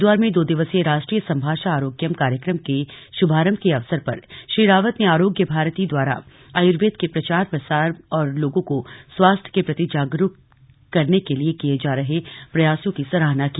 हरिद्वार में दो दिवसीय राष्ट्रीय संभाषा आरोग्यम कार्यक्रम के शुभारंभ के अवसर पर श्री रावत ने आरोग्य भारती द्वारा आयुर्वेद के प्रचार प्रसार और लोगों को स्वास्थ्य के प्रति जागरूक करने के लिए किये जा रहे प्रयासों की सराहना की